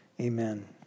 Amen